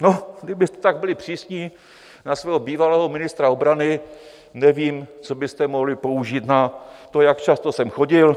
No, kdybyste byli tak přísní na svého bývalého ministra obrany, nevím, co byste mohli použít na to, jak často sem chodil.